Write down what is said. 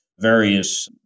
various